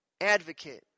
advocate